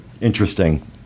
interesting